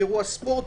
באירוע ספורט,